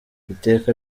iteka